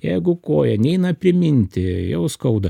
jeigu koja neina priminti jau skauda